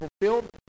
fulfilled